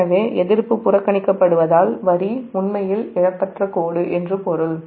எனவே எதிர்ப்பு புறக்கணிக்கப்படுவதால் வரி உண்மையில் இழப்பற்ற கோடு என்று பொருள்